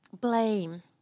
Blame